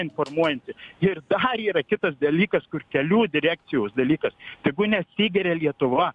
informuojanti ir dar yra kitas dalykas kur kelių direkcijos dalykas tegu nesigeria lietuva